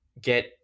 get